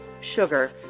Sugar